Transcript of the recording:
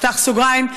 פתח סוגריים,